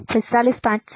455 છે